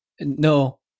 No